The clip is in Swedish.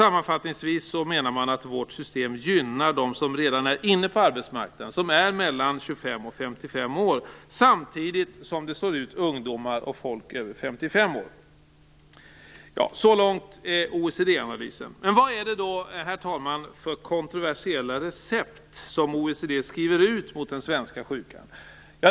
Sammanfattningsvis menar OECD att det svenska systemet gynnar dem som redan är inne på arbetsmarknaden, de som är mellan 15 och 25 år, samtidigt som det slår ut ungdomar och folk över 55 år. Så långt OECD-analysen. Herr talman! Vad är det då för kontroversiella recept som OECD skriver ut mot den svenska sjukan?